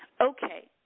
Okay